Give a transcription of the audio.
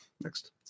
Next